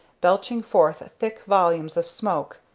belching forth thick volumes of smoke,